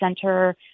center